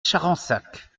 charensac